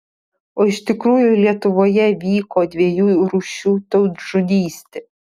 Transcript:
o iš tikrųjų lietuvoje vyko dviejų rūšių tautžudystė